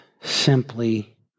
simply